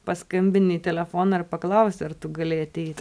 paskambini į telefoną ar paklau ar tu gali ateiti